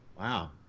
Wow